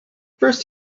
first